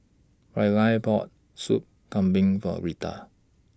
Rylie bought Soup Kambing For Rita